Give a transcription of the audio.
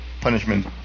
punishment